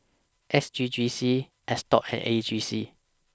S G G C At stop had A G C